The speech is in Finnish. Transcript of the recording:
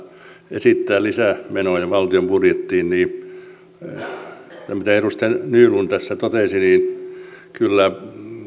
esittää lisämenoja valtion budjettiin tästä mitä edustaja nylund tässä totesi kyllä